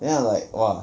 then I like !wah!